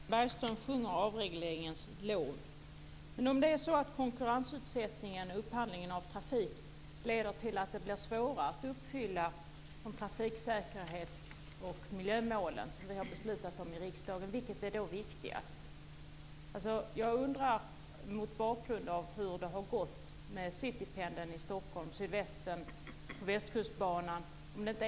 Fru talman! Sven Bergström sjunger avregleringens lov. Men om konkurrensutsättningen och upphandlingen av trafik leder till att det blir svårare att uppfylla de trafiksäkerhetsmål och de miljömål som vi har fattat beslut om i riksdagen, vilket är då viktigast? Jag undrar det mot bakgrund av hur det har gått med Citypendeln i Stockholm och Sydvästen på Västkustbanan.